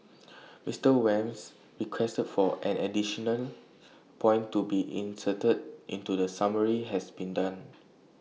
Mister Wham's request for an additional point to be inserted into the summary has been done